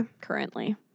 Currently